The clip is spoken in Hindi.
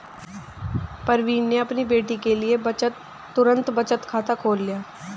प्रवीण ने अपनी बेटी के लिए तुरंत बचत खाता खोल लिया